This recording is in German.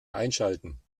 einschalten